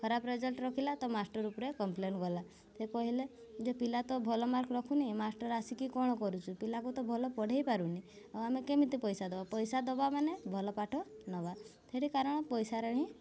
ଖରାପ ରେଜଲ୍ଟ ରଖିଲା ତ ମାଷ୍ଟର ଉପରେ କମ୍ପ୍ଲେନ୍ ଗଲା ସେ କହିଲେ ଯେ ପିଲା ତ ଭଲ ମାର୍କ ରଖୁନି ମାଷ୍ଟର ଆସିକି କ'ଣ କରୁଛୁ ପିଲାକୁ ତ ଭଲ ପଢ଼ାଇ ପାରୁନି ଆଉ ଆମେ କେମିତି ପଇସା ଦବା ପଇସା ଦବା ମାନେ ଭଲ ପାଠ ନେବା ସେଇଠି କାରଣ ପଇସାରେ ହିଁ